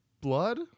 blood